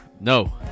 No